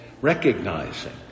recognizing